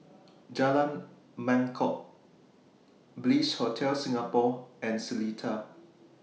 Jalan Mangkok Bliss Hotel Singapore and Seletar